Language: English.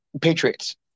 Patriots